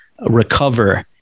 recover